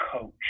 coach